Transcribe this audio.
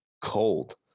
cold